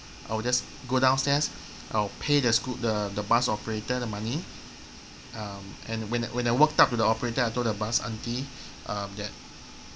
I will just go downstairs I will pay the schoo~ the the bus operator the money um and when I when I walked up to the operator I told the bus auntie um that